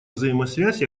взаимосвязь